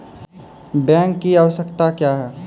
Bank की आवश्यकता क्या हैं?